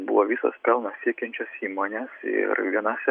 buvo visos pelno siekiančios įmonės ir vienose